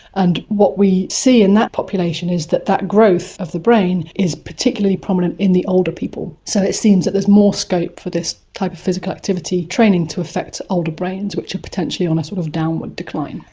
and what we see in that population is that that growth of the brain is particularly prominent in the older people. so it seems that there's more scope for this type of physical activity training to affect older brains, which are potentially on a sort of downward decline.